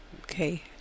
Okay